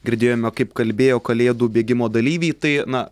girdėjome kaip kalbėjo kalėdų bėgimo dalyviai tai na